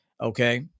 okay